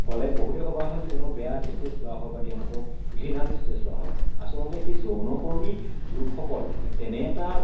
ক'লে বহুতে ভবা হয় যে তেওঁলোকক বেয়া দৃষ্টিৰে চোৱা হয় বা তেওঁলোকক ঘৃণা দৃষ্টিৰে চোৱা হয় আচলতে সেই যৌনকৰ্মী লোকসকল তেনে এটা